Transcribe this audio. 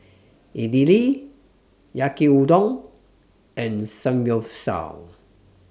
Idili Yaki Udon and Samgyeopsal